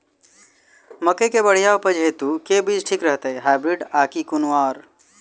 मकई केँ बढ़िया उपज हेतु केँ बीज ठीक रहतै, हाइब्रिड आ की कोनो आओर?